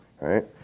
Right